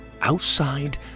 Outside